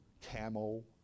Camel